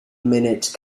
minute